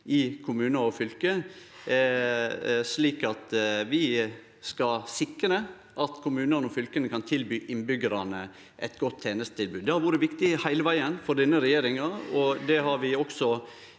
i kommunar og fylke, slik at vi skal sikre at kommunane og fylka kan tilby innbyggjarane eit godt tenestetilbod. Det har heile vegen vore viktig for denne regjeringa, og det har vi også